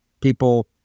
people